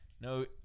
No